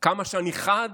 כמה שאני חד,